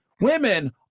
women